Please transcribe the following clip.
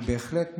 אני בהחלט מוכן,